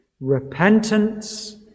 repentance